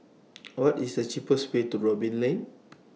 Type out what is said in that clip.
What IS The cheapest Way to Robin Lane